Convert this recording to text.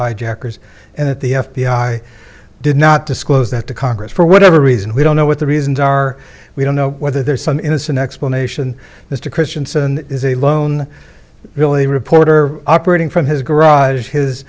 hijackers and that the f b i did not disclose that to congress for whatever reason we don't know what the reasons are we don't know whether there's some innocent explanation as to christianson is a lone really a reporter operating from his